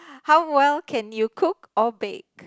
how well can you cook or bake